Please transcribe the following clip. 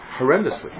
Horrendously